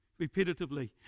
repetitively